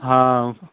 ఆ